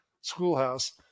schoolhouse